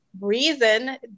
reason